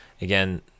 again